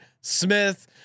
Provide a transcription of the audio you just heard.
Smith